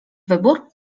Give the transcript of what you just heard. wybór